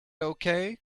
okay